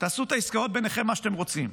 תעשו את העסקאות ביניכם, מה שאתם רוצים.